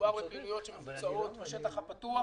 מדובר בפעילויות שמבוצעות בשטח הפתוח